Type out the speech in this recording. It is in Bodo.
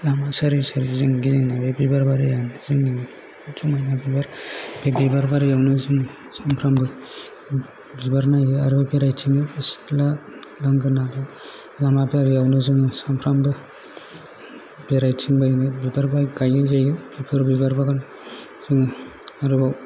लामा सारि सारिजों गिदिंनाय बे बिबार बारियानो जोंनि समायना बिबार बे बिबार बारियावनो जों सानफ्रामबो बिबार नायो आरो बेरायथिङो सिथ्ला लांगोना लामा बारियावनो जोङो सानफ्रोमबो बेरायथिंबायनो बिबारबो गायनाय जायो बिबार बागान जोङो आरोबाव